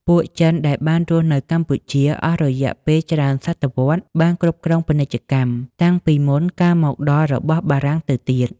ពួកចិនដែលបានរស់នៅកម្ពុជាអស់រយៈពេលច្រើនសតវត្សកបានគ្រប់គ្រងពាណិជ្ជកម្ម តាំងពីមុនការមកដល់របស់បារាំងទៅទៀត។